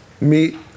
Meet